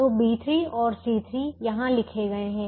तो B3 और C3 यहां लिखे गए है